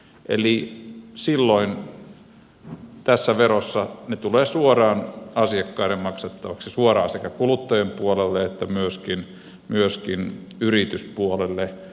eli silloin verot tulevat suoraan asiakkaiden maksettavaksi suoraan sekä kuluttajien puolelle että myöskin yrityspuolelle